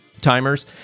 timers